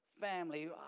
family